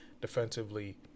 defensively